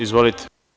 Izvolite.